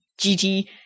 gt